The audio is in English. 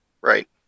right